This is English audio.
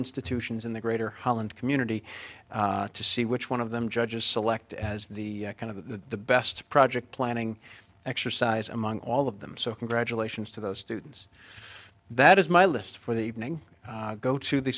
institutions in the greater holland community to see which one of them judges selected as the kind of the best project planning exercise among all of them so congratulations to those students that is my list for the evening go to the